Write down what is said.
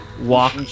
walk